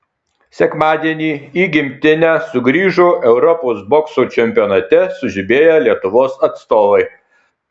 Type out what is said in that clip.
sekmadienį į gimtinę sugrįžo europos bokso čempionate sužibėję lietuvos atstovai